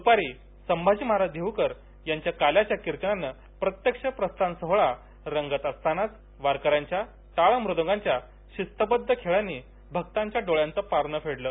दुपारी संभाजी महाराज देहुकर यांच्या काल्याच्या किर्तनानंप्रत्यक्ष प्रस्थान सोहळा रंगत असतानाच देऊळवाड्यात वारकऱ्यांच्या टाळ मृदुंगाच्या शिस्तबद्ध खेळांनी भक्तांच्या डोळ्यांचं पारणं फेडलं